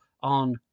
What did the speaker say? on